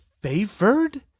favored